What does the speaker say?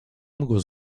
was